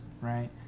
right